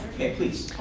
okay, please.